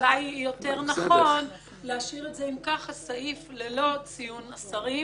אם כך אולי יותר נכון להשאיר את הסעיף ללא ציון השרים.